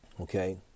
okay